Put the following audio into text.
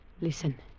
Listen